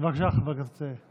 בבקשה, חבר הכנסת קיש.